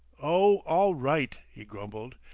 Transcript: oh all right, he grumbled.